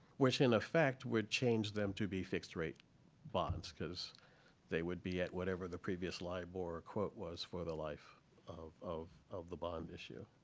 which, in effect, would change them to be fixed rate bonds. because they would be at whatever the previous libor quote was for the life of of the bond issue.